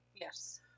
Yes